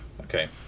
Okay